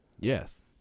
Yes